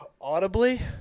audibly